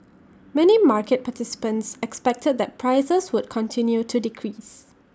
many market participants expected that prices would continue to decrease